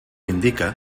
indica